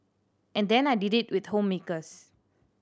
and then I did it with homemakers